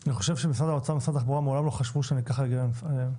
אני חושב שמשרד האוצר ומשרד התחבורה מעולם לא חשבו שאני ככה אגן עליהם.